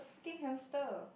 fucking hamster